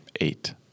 Eight